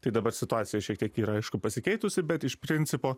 tai dabar situacija šiek tiek yra aišku pasikeitusi bet iš principo